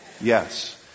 Yes